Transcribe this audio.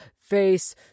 face